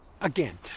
Again